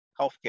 healthcare